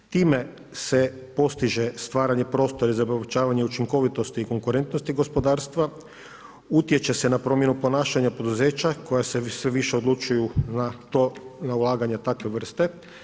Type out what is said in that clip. Time se postiže stvaranje prostora za povećavanje učinkovitosti i konkurentnosti gospodarstva, utječe se na promjenu ponašanja poduzeća koja se sve više odlučuju na to, na ulaganje takve vrste.